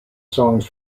songs